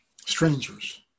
strangers